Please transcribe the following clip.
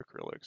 acrylics